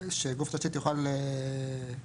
שגוף תשתית יוכל להעביר,